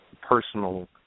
personal